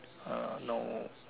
uh no